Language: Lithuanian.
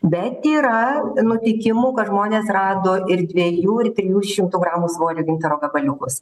bet yra nutikimų kad žmonės rado ir dviejų ir trijų šimtų gramų svorio gintaro gabaliukus